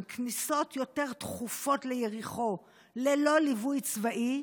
כניסות יותר תכופות ליריחו ללא ליווי צבאי,